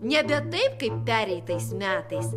nebe taip kaip pereitais metais